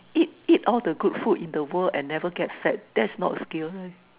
eat eat all the good food in the world and never get fat that's not a skill